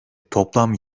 toplam